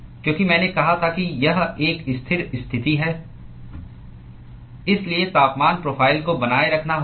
क्योंकि मैंने कहा था कि यह एक स्थिर स्थिति है इसलिए तापमान प्रोफ़ाइल को बनाए रखना होगा